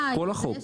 לא, כל החוק.